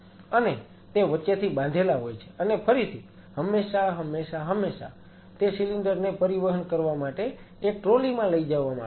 અને તે વચ્ચેથી બાંધેલા હોય છે અને ફરીથી હંમેશા હંમેશા હંમેશા તે સિલિન્ડર ને પરિવહન કરવા માટે એક ટ્રોલી માં લઈ જવામાં આવતા હતા